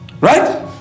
Right